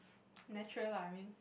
natural lah I mean